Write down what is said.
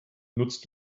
nutzt